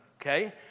okay